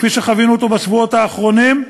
כפי שחווינו בשבועות האחרונים,